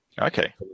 Okay